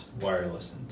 wireless